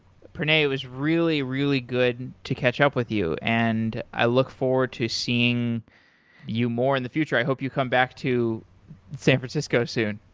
pranay, it was really really good to catch up with you, and i look forward to seeing you more in the future. i hope you come back to san francisco soon.